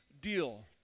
deal